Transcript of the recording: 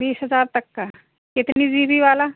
बीस हजार तक का कितनी जी बी वाला